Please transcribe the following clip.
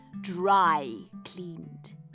dry-cleaned